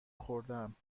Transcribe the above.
خوردهام